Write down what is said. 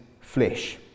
flesh